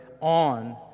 on